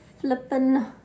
flippin